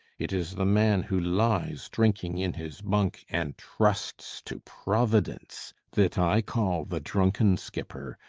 it is the man who lies drinking in his bunk and trusts to providence that i call the drunken skipper,